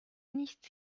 nicht